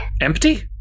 Empty